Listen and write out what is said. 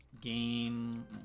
Game